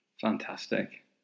Fantastic